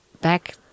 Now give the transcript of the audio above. back